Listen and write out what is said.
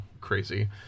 crazy